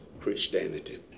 Christianity